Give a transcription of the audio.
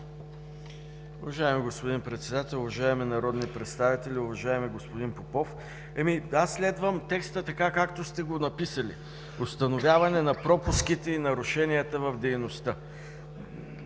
Уважаеми господин Председател, уважаеми народни представители! Уважаеми господин Попов, следвам текста така, както сте го написали: „установяване на пропуските и нарушенията в дейността“.